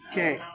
Okay